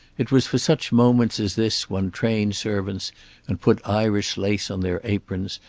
it was for such moments as this one trained servants and put irish lace on their aprons,